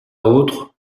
autre